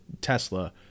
Tesla